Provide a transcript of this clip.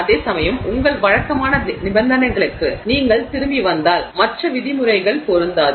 அதேசமயம் உங்கள் வழக்கமான நிபந்தனைகளுக்கு நீங்கள் திரும்பி வந்தால் மற்ற விதிமுறைகள் பொருந்தாது